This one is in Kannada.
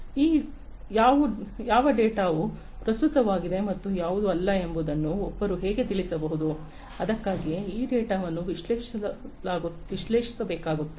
ಆದ್ದರಿಂದ ಯಾವ ಡೇಟಾವು ಪ್ರಸ್ತುತವಾಗಿದೆ ಮತ್ತು ಯಾವುದು ಅಲ್ಲ ಎಂಬುದನ್ನು ಒಬ್ಬರು ಹೇಗೆ ತಿಳಿಯಬಹುದು ಅದಕ್ಕಾಗಿಯೇ ಈ ಡೇಟಾವನ್ನು ವಿಶ್ಲೇಷಿಸಬೇಕಾಗುತ್ತದೆ